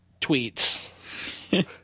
tweets